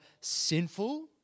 sinful